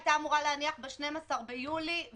היא הייתה אמורה להניח ב-12 ביולי.